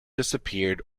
disappeared